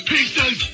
Pieces